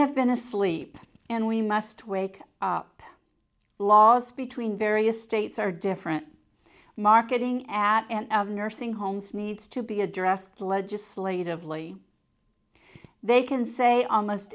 have been asleep and we must wake up laws between various states are different marketing at end of nursing homes needs to be addressed legislatively they can say almost